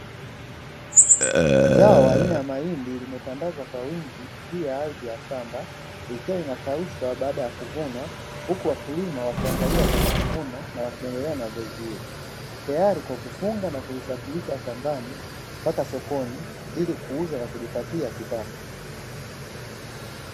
Zao aina ya mahindi limetandazwa kwa wingi juu ya ardhi ya shamba, likiwa linakaushwa baada ya kuvunwa. Huku wakulima wakiangalia kwa majivuno na wakiendelea na zoezi hili. Tayari kwa kufunga na kusafirisha shambani mpaka sokoni ili kuuza na kujipatia kipato.